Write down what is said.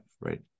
right